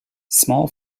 small